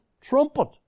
trumpet